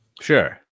sure